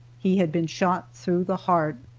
he had been shot through the heart.